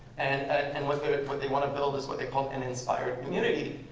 and and what what they want to build is what they call an inspired community.